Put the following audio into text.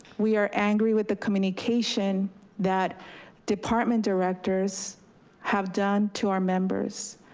we are angry with the communication that department directors have done to our members.